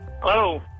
Hello